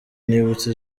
nibutse